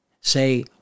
say